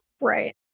Right